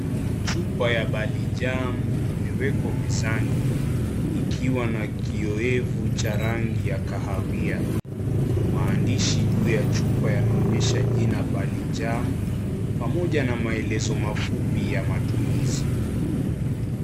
Chupa ya Balijaam imewekwa mezani ikiwa na kioevu cha rangi ya kahawia . Maandishi juu ya chupa yanaonyesha jina Balijaam pamoja na maelezo mafupi ya matumizi.